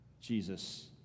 Jesus